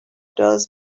those